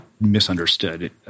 misunderstood